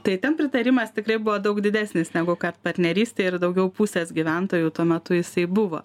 tai ten pritarimas tikrai buvo daug didesnis negu kad partnerystė ir daugiau pusės gyventojų tuo metu jisai buvo